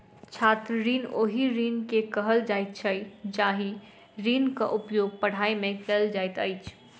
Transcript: छात्र ऋण ओहि ऋण के कहल जाइत छै जाहि ऋणक उपयोग पढ़ाइ मे कयल जाइत अछि